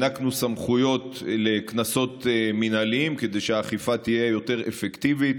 הענקנו סמכויות לקנסות מינהליים כדי שהאכיפה תהיה יותר אפקטיבית.